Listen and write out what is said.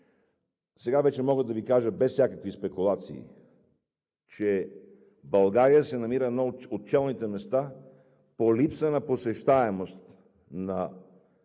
Сега вече мога да Ви кажа без всякакви спекулации, че България се намира на едно от челните места по липса на посещаемост на